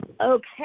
Okay